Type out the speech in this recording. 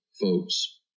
folks